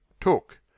Took